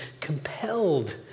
compelled